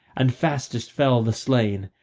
and fastest fell the slain,